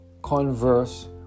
converse